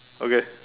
okay